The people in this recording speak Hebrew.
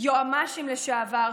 יועמ"שים לשעבר,